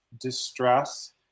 distress